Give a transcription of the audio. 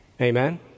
Amen